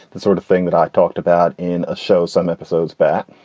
that sort of thing that i talked about in a show some episodes back.